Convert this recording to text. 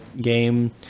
game